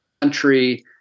country